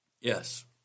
Yes